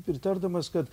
pritardamas kad